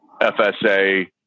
FSA